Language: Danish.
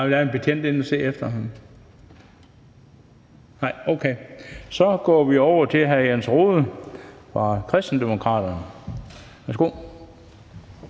så går vi over til hr. Jens Rohde fra Kristendemokraterne.